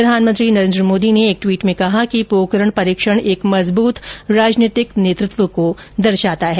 प्रधानमंत्री नरेन्द्र मोदी ने एक ट्वीट में कहा कि पोकरण परीक्षण एक मजबूत राजनीतिक नेतृत्व को दर्शाता है